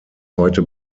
heute